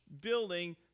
building